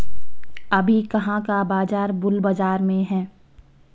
अभी कहाँ का बाजार बुल बाजार में है?